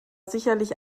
sicherlich